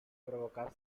provocar